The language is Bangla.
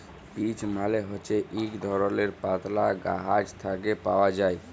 পিচ্ মালে হছে ইক ধরলের পাতলা গাহাচ থ্যাকে পাউয়া যায়